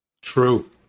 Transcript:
True